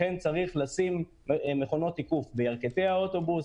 לכן צריך לשים מכונות תיקוף בירכתי האוטובוס,